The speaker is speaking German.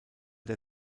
der